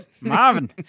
Marvin